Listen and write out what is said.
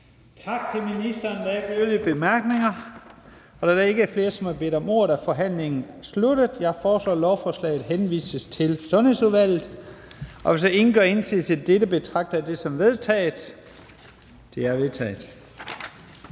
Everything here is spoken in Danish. tak til ministeren. Der er ingen korte bemærkninger. Da der ikke er flere, der har bedt om ordet, er forhandlingen sluttet. Jeg foreslår, at lovforslaget henvises til Sundhedsudvalget. Hvis ingen gør indsigelse mod dette, betragter jeg dette som vedtaget. Det er vedtaget.